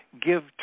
give